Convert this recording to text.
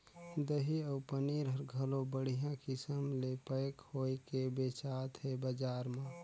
दही अउ पनीर हर घलो बड़िहा किसम ले पैक होयके बेचात हे बजार म